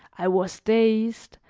i was dazed,